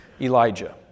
Elijah